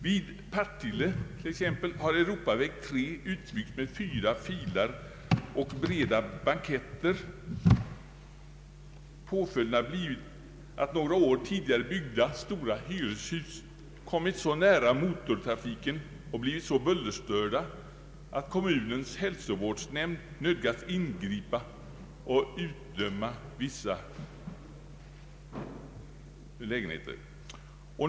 Vid Partille t.ex. har Europaväg 3 utbyggts med fyra filer och breda banketter. Följden har blivit att några år tidigare byggda, stora hyreshus kommit så nära motortrafiken och blivis så bullerstörda, att kommunens hälsovårdsnämnd nödgats ingripa och utdöma vissa bostäder.